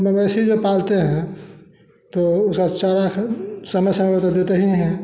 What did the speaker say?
मवेशी को पालते हैं तो जो चारा है चना सारा तो देते ही हैं